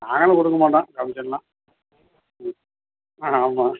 ஆனாலும் கொடுக்க மாட்டோம் கமிஷனெலாம் ம் ஆ ஆமாம்